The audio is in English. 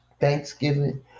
Thanksgiving